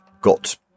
Got